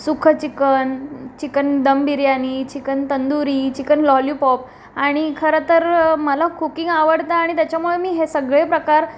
सुखं chicken chicken dum biryani chicken tandoori chicken lollipop आणि खरंतर मला कुकिंग आवडतं आणि त्याच्यामुळे मी हे सगळे प्रकार